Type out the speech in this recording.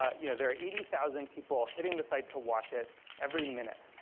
ah you know there are eighty thousand people hitting the site to watch it every minute.